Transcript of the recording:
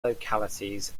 localities